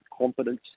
confidence